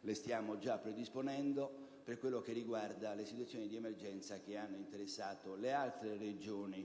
le stesse ordinanze per quanto riguarda le situazioni di emergenza che hanno interessato le altre regioni